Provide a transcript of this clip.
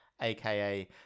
aka